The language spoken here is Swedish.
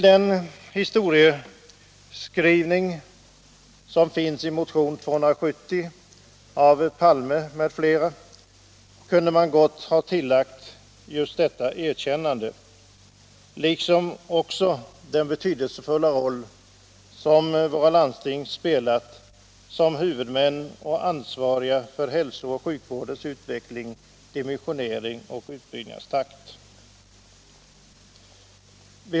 Vid historieskrivningen i motion 270 av herr Palme m.fl. kunde man gott ha gjort detta erkännande, och man kunde också ha understrukit den betydelsefulla roll som våra landsting spelat som huvudmän och ansvariga för hälsovårdens utveckling, dimensionering och utbyggnadstakt.